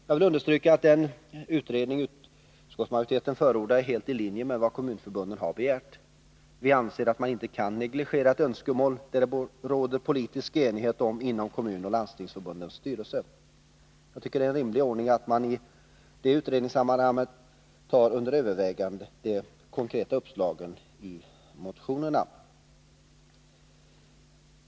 Jag vill understryka att den utredning utskottsmajoriteten föreslår är helt i linje med vad kommunförbunden har begärt. Vi anser att man inte kan negligera ett önskemål som det råder politisk enighet om inom kommunoch landstingsförbundens styrelser. Jag tycker att det är en rimlig ordning att man i det utredningssammanhanget tar under övervägande de konkreta uppslagen i motionerna.